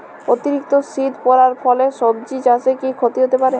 অতিরিক্ত শীত পরার ফলে সবজি চাষে কি ক্ষতি হতে পারে?